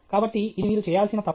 కాబట్టి ఇది మీరు చేయాల్సిన తపస్సు